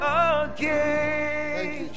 again